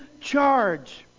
charge